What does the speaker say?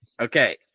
Okay